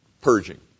purging